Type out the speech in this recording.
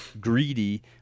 greedy